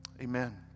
amen